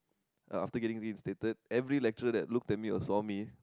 after getting the status every lecturer that looked at me or saw me